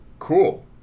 cool